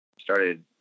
started